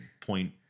point –